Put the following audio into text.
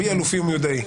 כערכי אלופי ומיודעי.